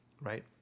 right